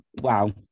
Wow